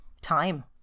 time